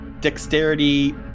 Dexterity